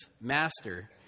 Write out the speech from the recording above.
Master